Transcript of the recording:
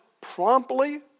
promptly